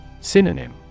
Synonym